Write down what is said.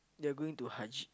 they're going to Haj